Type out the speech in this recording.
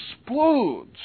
explodes